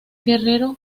guerrero